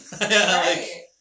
Right